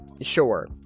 Sure